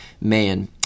man